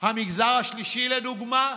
המגזר השלישי לדוגמה,